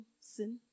sin